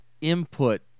input